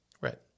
Right